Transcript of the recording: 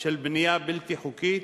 של בנייה בלתי חוקית,